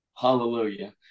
hallelujah